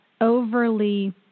overly